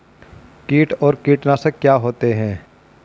कीट और कीटनाशक क्या होते हैं?